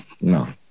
no